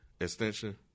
extension